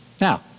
Now